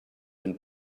and